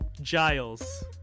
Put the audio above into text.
giles